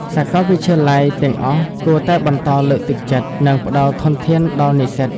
សាកលវិទ្យាល័យទាំងអស់គួរតែបន្តលើកទឹកចិត្ត និងផ្តល់ធនធានដល់និស្សិត។